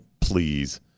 Please